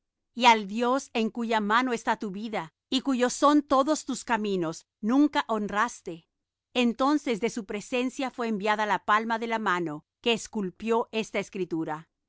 y al dios en cuya mano está tu vida y cuyos son todos tus caminos nunca honraste entonces de su presencia fué enviada la palma de la mano que esculpió esta escritura